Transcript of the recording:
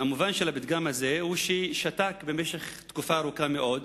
שהמובן שלו הוא: שתק במשך תקופה ארוכה מאוד,